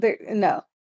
No